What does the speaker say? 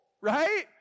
right